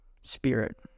Spirit